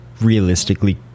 realistically